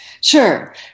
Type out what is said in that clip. Sure